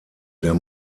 der